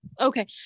Okay